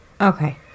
Okay